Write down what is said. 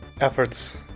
Efforts